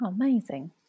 Amazing